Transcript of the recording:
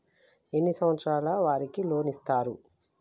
ఎన్ని సంవత్సరాల వారికి లోన్ ఇస్తరు?